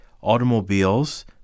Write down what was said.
automobiles